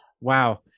Wow